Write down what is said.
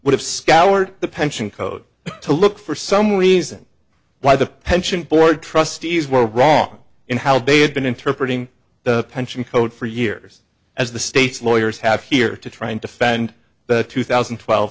would have scoured the pension code to look for some reason why the pension board trustees were wrong in how they have been interpreting the pension code for years as the state's lawyers have here to try and defend the two thousand and twelve